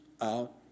out